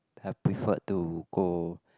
have preferred to go